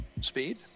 speed